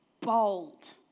Bold